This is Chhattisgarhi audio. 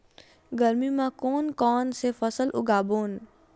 गरमी मा कोन कौन से फसल उगाबोन?